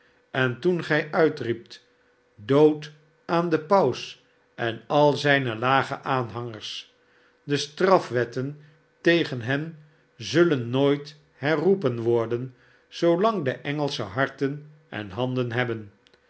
en toen gij uitriept dood aan den paus en al zijne lage aanhangers de strafwetten tegen hen zullen nooit herroepen worden zoolang de engelschen harten en handen hebben